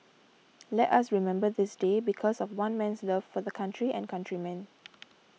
let us remember this day because of one man's love for the country and countrymen